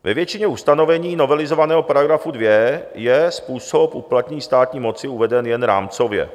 Ve většině ustanovení novelizovaného § 2 je způsob uplatnění státní moci uveden jen rámcově.